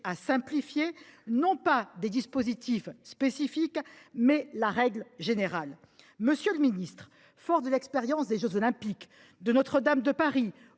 à simplifier non pas des dispositifs spécifiques, mais la règle générale ? Monsieur le ministre, fort de l’expérience acquise avec les jeux Olympiques, Notre Dame de Paris